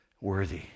worthy